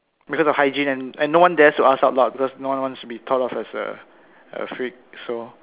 because of hygiene and and no one dares to ask out because no one wants to be thought of as a a freak so